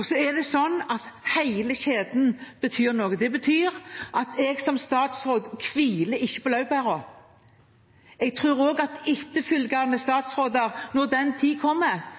Det er sånn at hele kjeden betyr noe. Det betyr at jeg som statsråd ikke hviler på laurbærene. Jeg tror heller ikke at etterfølgende statsråder når den tid kommer,